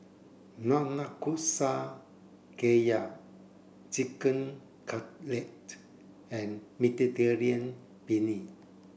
Nanakusa Gayu Chicken Cutlet and Mediterranean Penne